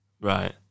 Right